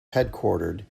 headquartered